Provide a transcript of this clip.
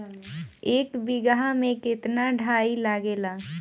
एक बिगहा में केतना डाई लागेला?